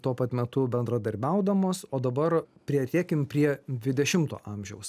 tuo pat metu bendradarbiaudamos o dabar priartėkim prie dvidešimto amžiaus